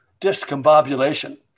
discombobulation